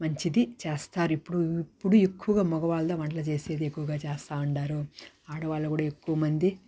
మంచిది చేస్తారు ఇప్పుడు ఇప్పుడు ఎక్కువగా మగవాళ్లు వంటలు చేసేది ఎక్కువగా చేస్తూ ఉన్నారు ఆడవాళ్లు కూడా ఎక్కువ మంది